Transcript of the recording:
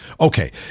Okay